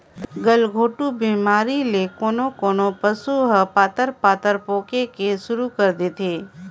गलघोंटू बेमारी ले कोनों कोनों पसु ह पतार पतार पोके के सुरु कर देथे